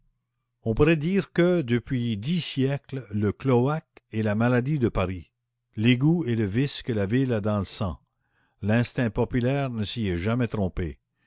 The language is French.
on pourrait dire que depuis dix siècles le cloaque est la maladie de paris l'égout est le vice que la ville a dans le sang l'instinct populaire ne s'y est jamais trompé